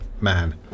man